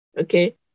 okay